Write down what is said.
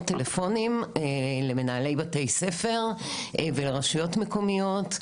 טלפונים למנהלי בתי ספר ולרשויות מקומיות.